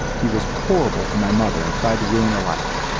he was horrible to my mother and tried to ruin her life.